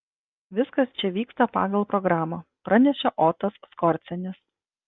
viskas čia vyksta pagal programą pranešė otas skorcenis